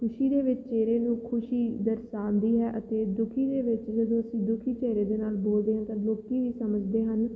ਖੁਸ਼ੀ ਦੇ ਵਿੱਚ ਚਿਹਰੇ ਨੂੰ ਖੁਸ਼ੀ ਦਰਸਾਉਂਦੀ ਹੈ ਅਤੇ ਦੁਖੀ ਦੇ ਵਿੱਚ ਜਦੋਂ ਅਸੀਂ ਦੁਖੀ ਚਿਹਰੇ ਦੇ ਨਾਲ ਬੋਲਦੇ ਹਾਂ ਤਾਂ ਲੋਕ ਵੀ ਸਮਝਦੇ ਹਨ